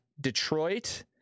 Detroit